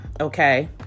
Okay